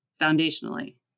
foundationally